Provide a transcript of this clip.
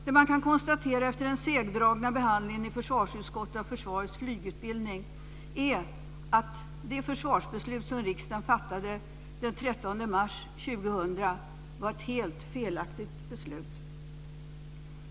Det man kan konstatera efter den segdragna behandlingen i försvarsutskottet av försvarets flygutbildning är att det försvarsbeslut som riksdagen fattade den 30 mars 2000 var ett helt felaktigt beslut.